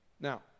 Now